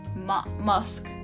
Musk